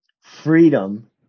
Freedom